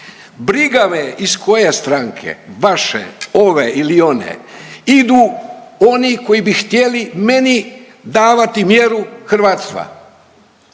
Briga me iz koje stranke, vaše, ove ili one, idu oni koji bi htjeli meni davati mjeru hrvatstva,